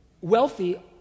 wealthy